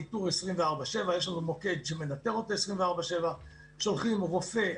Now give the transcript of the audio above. ניתור 24/7. יש לנו מוקד שמנתר אותו 24/7. שולחים רופא,